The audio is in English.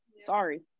Sorry